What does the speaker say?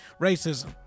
racism